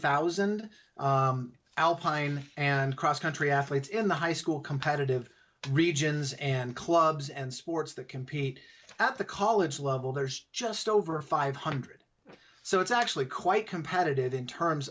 thousand alpine and cross country athletes in the high school competitive regions and clubs and sports that compete at the college level there's just over five hundred so it's actually quite competitive in terms